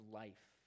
life